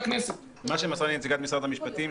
מה שמסרה לי נציגת משרד המשפטים,